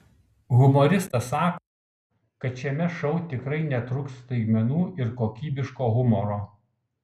humoristas sako kad šiame šou tikrai netrūks staigmenų ir kokybiško humoro